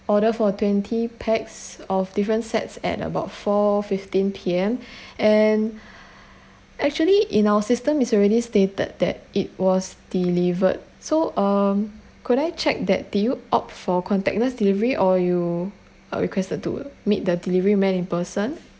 order for twenty paxs of different sets at about four fifteen P_M and actually in our system is already stated that it was delivered so um could I check that did you opt for contactless delivery or you uh requested to meet the delivery man in person